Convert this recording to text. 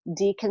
deconstruct